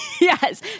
yes